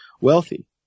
wealthy